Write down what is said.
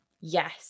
Yes